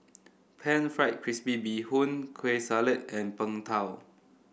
pan fried crispy Bee Hoon Kueh Salat and Png Tao